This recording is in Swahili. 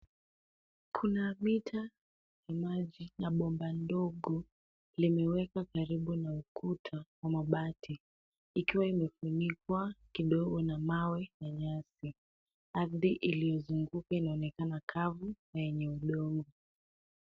Kuna mita ya maji na bomba dogo limewekwa karibu na ukuta wa mabati ikiwa imefunikwa kidogo na mawe- na nyasi . Ardhi iliyozunguka inaonekana kavu na yenye udongo.